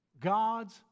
God's